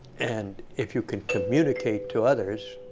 and if you can communicate to others,